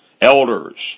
elders